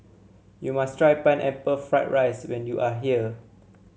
you must try Pineapple Fried Rice when you are here